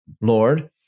Lord